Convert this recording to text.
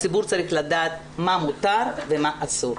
הציבור צריך לןדעת מה מותר ומה אסור.